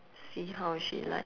see how is she like